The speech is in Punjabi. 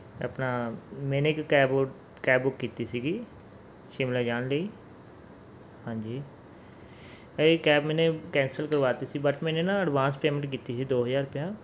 ਆਪਣਾ ਮੈਨੇ ਇੱਕ ਕੈਬ ਓ ਕੈਬ ਬੁੱਕ ਕੀਤੀ ਸੀਗੀ ਸ਼ਿਮਲਾ ਜਾਣ ਲਈ ਹਾਂਜੀ ਇਹ ਕੈਬ ਮੈਨੇ ਕੈਂਸਲ ਕਰਵਾਤੀ ਸੀ ਬਟ ਮੈਨੇ ਨਾ ਐਡਵਾਂਸ ਪੇਮੈਂਟ ਕੀਤੀ ਸੀ ਦੋ ਹਜ਼ਾਰ ਰੁਪਇਆ